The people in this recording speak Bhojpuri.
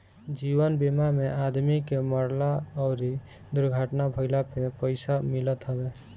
जीवन बीमा में आदमी के मरला अउरी दुर्घटना भईला पे पईसा मिलत हवे